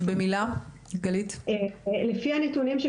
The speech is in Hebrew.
מדריכים, בין אם זה